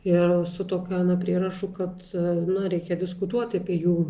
ir su tokia na prierašu kad na reikia diskutuoti apie jų